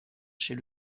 chez